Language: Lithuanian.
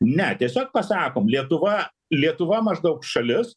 ne tiesiog pasakom lietuva lietuva maždaug šalis